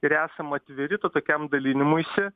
ir esam atviri tokiam dalinimuisi